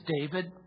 David